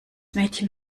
mädchen